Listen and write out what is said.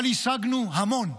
אבל השגנו המון.